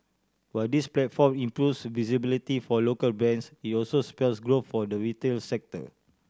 while this platform improves visibility for local brands it also spells growth for the retail sector